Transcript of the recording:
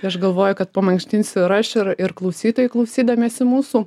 tai aš galvoju kad pamankštinsiu ir aš ir ir klausytojai klausydamiesi mūsų